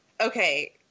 okay